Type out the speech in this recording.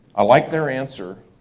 i like their answer.